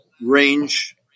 range